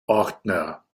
ordner